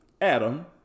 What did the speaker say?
Adam